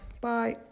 Bye